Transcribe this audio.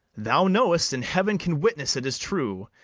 thou know'st, and heaven can witness it is true,